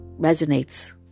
resonates